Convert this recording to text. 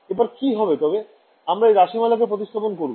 এবার কি হবে তবে আমরা এই রাশিমালা কে প্রতিস্থাপন করবো